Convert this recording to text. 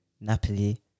Napoli